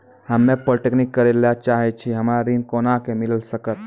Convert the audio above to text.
हम्मे पॉलीटेक्निक करे ला चाहे छी हमरा ऋण कोना के मिल सकत?